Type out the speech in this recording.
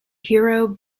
hero